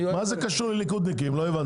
מה זה קשור לליכודניקים, לא הבנתי.